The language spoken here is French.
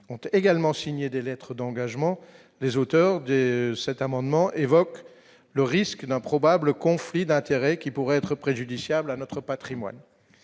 compte également signé des lettres d'engagement, les auteurs de cet amendement évoque le risque d'un probable conflit d'intérêts qui pourrait être préjudiciable à notre Patrimoine,